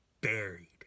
buried